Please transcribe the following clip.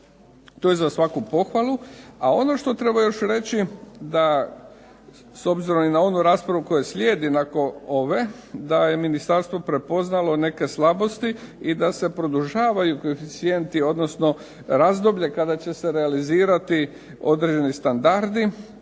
To je za svaku pohvalu, a ono što treba još reći da s obzirom i na onu raspravu koja slijedi nakon ove da je ministarstvo prepoznalo neke slabosti i da se produžavaju koeficijenti, odnosno razdoblje kada će se realizirati određeni standardi,